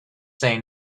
say